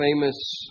famous